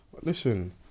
Listen